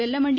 Vellamandi